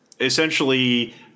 Essentially